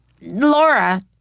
Laura